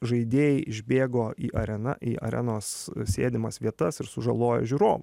žaidėjai išbėgo į areną į arenos sėdimas vietas ir sužalojo žiūrovą